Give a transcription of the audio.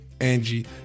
Angie